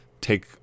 take